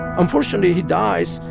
unfortunately, he dies,